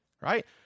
right